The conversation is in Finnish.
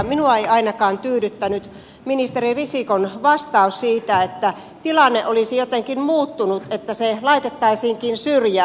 minua ei ainakaan tyydyttänyt ministeri risikon vastaus että tilanne olisi jotenkin muuttunut että se laitettaisiinkin syrjään